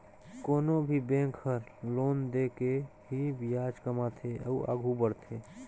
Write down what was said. कोनो भी बेंक हर लोन दे के ही बियाज कमाथे अउ आघु बड़थे